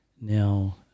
Now